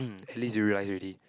at least you realize already